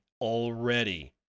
already